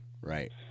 right